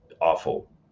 awful